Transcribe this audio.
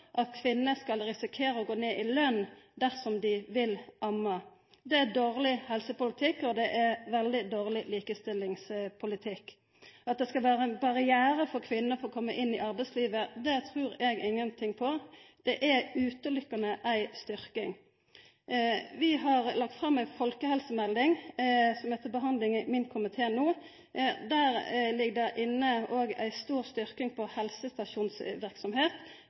at kvinner skal risikera å gå ned i lønn dersom dei vil amma. Det er dårleg helsepolitikk, og det er veldig dårleg likestillingspolitikk, og det at det skal vera ein barriere for kvinner å komma seg inn i arbeidslivet, trur eg ikkje noko på – det er eine og åleine ei styrking. Vi har lagt fram ei folkehelsemelding, som no er til behandling i min komité. Der ligg det òg inne ei stor styrking på